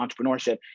entrepreneurship